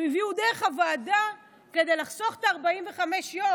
הם הביאו דרך הוועדה כדי לחסוך את 45 היום